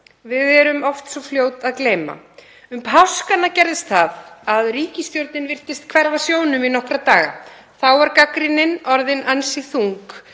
Við erum oft svo fljót að gleyma. Um páskana gerðist það að ríkisstjórnin virtist hverfa sjónum í nokkra daga. Þá var gagnrýnin orðin ansi þung